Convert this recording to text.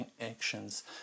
actions